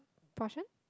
portion